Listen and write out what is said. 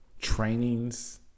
trainings